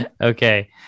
okay